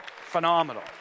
Phenomenal